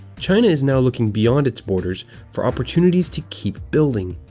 china is now looking beyond its borders for opportunities to keep building.